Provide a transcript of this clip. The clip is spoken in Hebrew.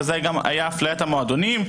וזה גם אפליית המועדונים.